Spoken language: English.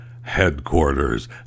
Headquarters